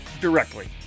directly